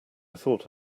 thought